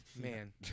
Man